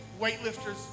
weightlifters